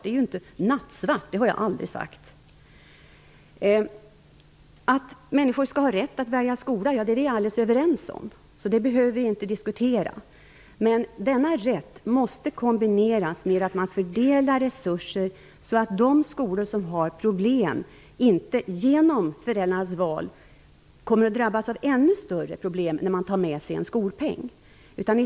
Det är inte nattsvart. Det har jag aldrig sagt. Att människor skall ha rätt att välja skola är vi alldeles överens om, så det behöver vi inte diskutera. Men denna rätt måste kombineras med att resurserna fördelas, så att de skolor som har problem inte drabbas av ännu större problem om föräldrarnas val innebär att skolpengen försvinner bort från skolan.